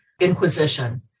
Inquisition